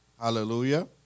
Hallelujah